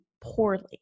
poorly